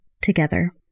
together